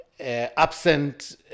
absent